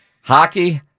Hockey